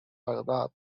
baghdad